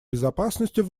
безопасностью